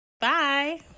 bye